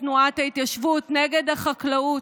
נגד תנועת ההתיישבות, נגד החקלאות.